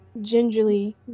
gingerly